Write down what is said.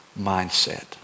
mindset